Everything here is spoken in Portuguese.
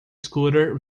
scooter